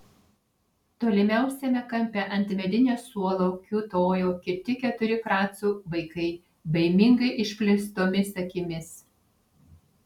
tolimiausiame kampe ant medinio suolo kiūtojo kiti keturi kracų vaikai baimingai išplėstomis akimis